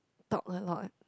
talk a lot